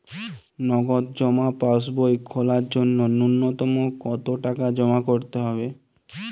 নগদ জমা পাসবই খোলার জন্য নূন্যতম কতো টাকা জমা করতে হবে?